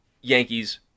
Yankees